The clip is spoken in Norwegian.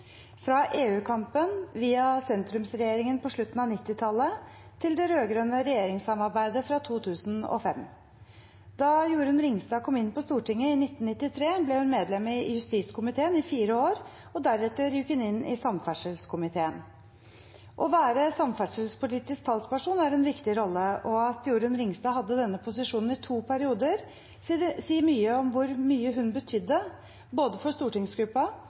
fra EU-kampen, via sentrumsregjeringen på slutten av 1990-tallet til det rød-grønne regjeringssamarbeidet fra 2005. Da Jorunn Ringstad kom inn på Stortinget i 1993, var hun medlem i justiskomiteen i fire år, og deretter gikk hun inn i samferdselskomiteen. Å være samferdselspolitisk talsperson er en viktig rolle, og at Jorunn Ringstad hadde denne posisjonen i to perioder, sier mye om hvor mye hun betydde både for